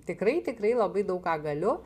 tikrai tikrai labai daug ką galiu